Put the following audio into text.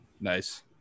Nice